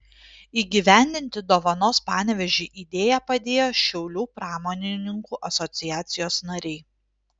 įgyvendinti dovanos panevėžiui idėją padėjo šiaulių pramonininkų asociacijos nariai